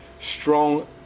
strong